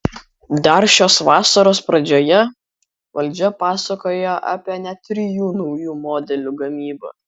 dar šios vasaros pradžioje valdžia pasakojo apie net trijų naujų modelių gamybą